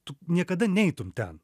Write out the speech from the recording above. tu niekada neitum ten